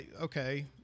okay